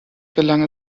gelang